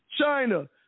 China